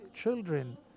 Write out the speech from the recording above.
children